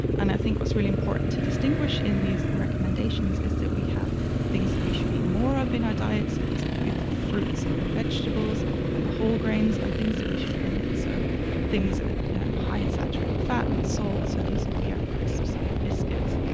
and i think what's really important to distinguish in these recommendations is that we have things that we should eat more of in our diet, so these are the beautiful fruits and the vegetables and the whole grains, and things that we should limit, so things high in saturated fat and salt, so these would be our crisps and our biscuits.